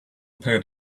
paid